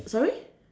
sorry